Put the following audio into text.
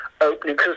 opening